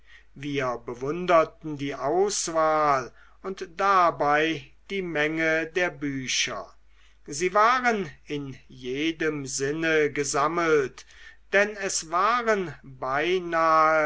wir bewunderten die auswahl und dabei die menge der bücher sie waren in jedem sinne gesammelt denn es waren beinahe